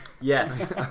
Yes